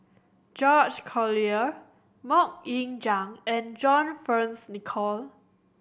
George Collyer Mok Ying Jang and John Fearns Nicoll